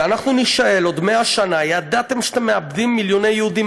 ואנחנו נישאל עוד 100 שנה: ידעתם שאתם מאבדים מיליוני יהודים,